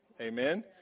Amen